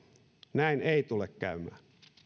näin ei tule käymään